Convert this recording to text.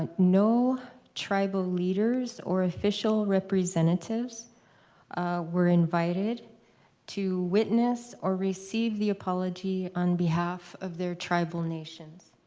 ah no tribal leaders or official representatives were invited to witness or receive the apology on behalf of their tribal nations.